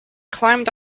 climbed